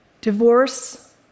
Divorce